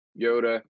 Yoda